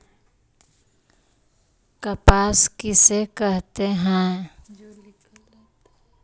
कपास किसे कहते हैं?